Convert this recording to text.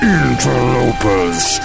interlopers